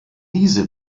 diese